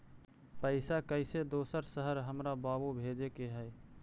पैसा कैसै दोसर शहर हमरा बाबू भेजे के है?